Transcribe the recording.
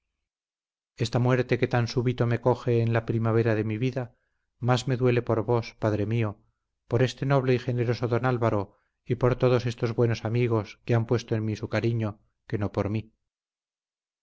esta muerte que tan de súbito me coge en la primavera de mi vida más me duele por vos padre mío por este noble y generoso don álvaro y por todos estos buenos amigos que han puesto en mí su cariño que no por mí